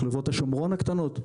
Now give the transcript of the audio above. מחלקות השומרון הקטנות?